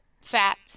fat